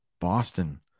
boston